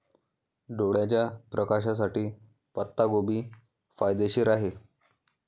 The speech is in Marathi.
डोळ्याच्या प्रकाशासाठी पत्ताकोबी फायदेशीर आहे